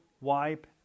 wipe